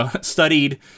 studied